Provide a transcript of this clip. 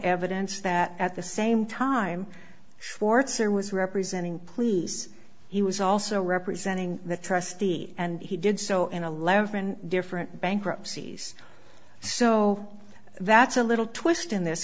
evidence that at the same time schwarzer was representing please he was also representing the trustee and he did so in eleven different bankruptcies so that's a little twist in this